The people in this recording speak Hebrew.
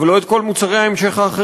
אבל לא את כל מוצרי ההמשך האחרים,